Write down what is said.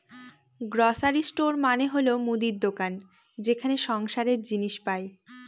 grocery store মানে হল মুদির দোকান যেখানে সংসারের জিনিস পাই